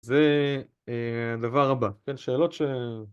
זה דבר הבא, כן? שאלות ש...